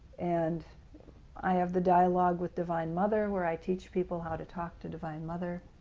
and i have the dialogue with divine mother, where i teach people how to talk to divine mother.